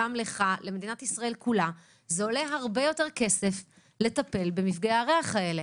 לך ולמדינת ישראל כולה זה עולה הרבה יותר כסף לטפל במפגעי הריח האלה.